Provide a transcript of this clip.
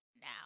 now